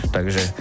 Takže